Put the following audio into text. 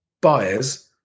buyers